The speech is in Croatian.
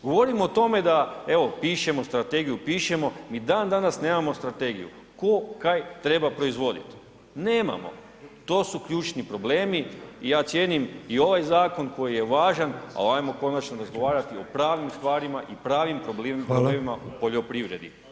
Govorimo o tome da, evo pišemo strategiju pišemo, ni dan danas nemamo strategiju, tko kaj treba proizvoditi, nemamo, to su ključni problemi i ja cijenim i ovaj zakon koji je važan, al ajmo konačno razgovarati o pravim stvarima i pravim problemima [[Upadica: Hvala]] u poljoprivredi.